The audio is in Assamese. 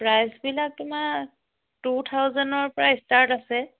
প্ৰাইচবিলাক তোমাৰ টু থাউজেনৰ পৰা ষ্টাৰ্ট আছে